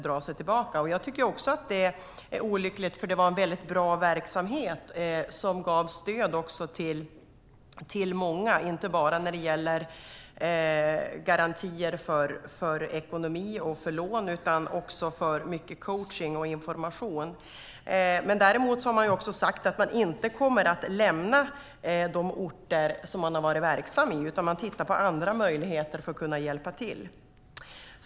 Jag håller med om att det är olyckligt, för det var en väldigt bra verksamhet som också gav stöd till många - inte bara garantier för ekonomi och lån utan också för coachning och information. Man har dock sagt att man inte kommer att lämna de orter där man har varit verksam, utan man ser på andra möjligheter att hjälpa till.